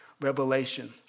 revelation